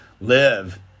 live